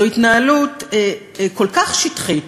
זו התנהלות כל כך שטחית,